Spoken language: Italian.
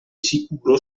sicuro